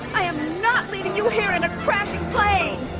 i am not leaving you here in a crappy play